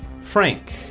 Frank